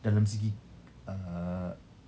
dalam segi uh